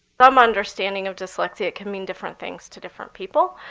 some understanding of dyslexia, it can mean different things to different people.